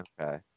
Okay